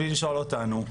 בלי לשאול אותנו.